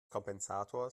kompensator